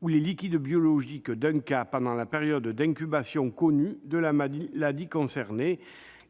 ou les liquides biologiques d'un cas pendant la période d'incubation connue de la maladie concernée. »